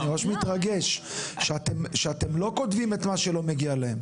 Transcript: אני ממש מתרגש שאתם לא כותבים את מה שלא מגיע להם,